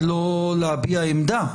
לא להביע עמדה.